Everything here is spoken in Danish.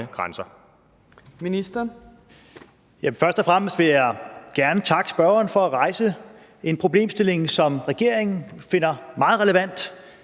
Først og fremmest vil jeg gerne takke spørgeren for at rejse en problemstilling, som regeringen finder meget relevant.